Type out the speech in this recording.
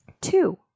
Two